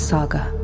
Saga